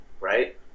right